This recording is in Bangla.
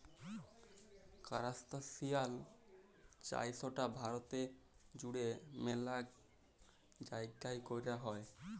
কারাস্তাসিয়ান চাইশটা ভারতে জুইড়ে ম্যালা জাইগাই কৈরা হই